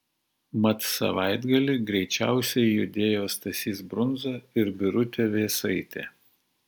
mat savaitgalį greičiausiai judėjo stasys brunza ir birutė vėsaitė